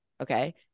okay